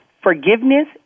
Forgiveness